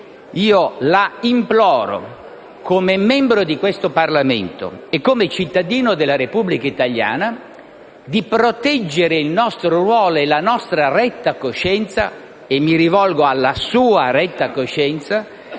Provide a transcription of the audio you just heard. - la imploro - come membro di questo Parlamento e cittadino della Repubblica italiana, di proteggere il nostro ruolo e la nostra retta coscienza - mi rivolgo alla sua retta coscienza -